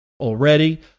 Already